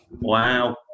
Wow